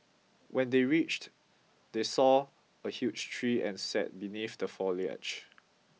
when they reached they saw a huge tree and sat beneath the foliage